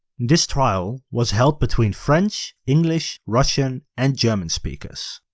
this trial was held between french, english, russian, and german speakers.